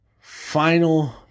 final